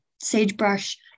sagebrush